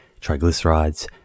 triglycerides